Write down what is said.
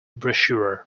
brochure